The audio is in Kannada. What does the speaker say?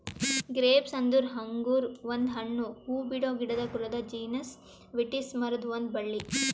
ಗ್ರೇಪ್ಸ್ ಅಂದುರ್ ಅಂಗುರ್ ಒಂದು ಹಣ್ಣು, ಹೂಬಿಡೋ ಗಿಡದ ಕುಲದ ಜೀನಸ್ ವಿಟಿಸ್ ಮರುದ್ ಒಂದ್ ಬಳ್ಳಿ